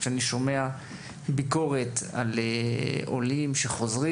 אני שומע ביקורת על עולים שחוזרים.